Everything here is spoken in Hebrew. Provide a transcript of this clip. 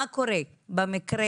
מה קורה במקרה